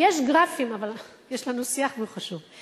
יש לנו שיח והוא חשוב.